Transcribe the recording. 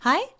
Hi